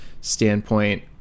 Standpoint